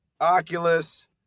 Oculus